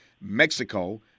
Mexico